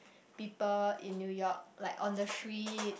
people in New-York like on the street